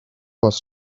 was